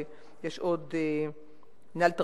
במינהל תרבות,